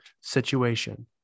situation